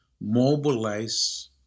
mobilize